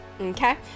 Okay